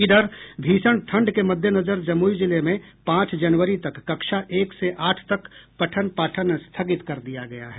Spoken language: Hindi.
इधर भीषण ठंड के मददेनजर जमुई जिले में पांच जनवरी तक कक्षा एक से आठ तक पठन पाठन स्थगित कर दिया गया है